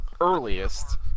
earliest